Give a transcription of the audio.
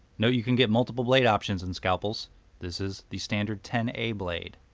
note you can get multiple blade options in scalpels this is the standard ten a blade.